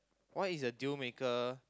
what is a deal maker